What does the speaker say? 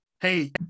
hey